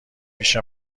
پیش